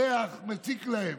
הריח מציק להם